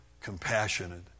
compassionate